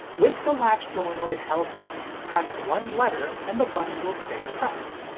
with the latch solenoid held in, press one letter and the button will stay depressed.